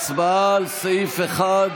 הצבעה על סעיף 1